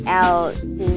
out